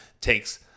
Takes